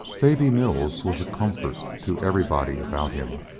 baby mills was a comfort to everybody about him.